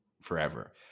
forever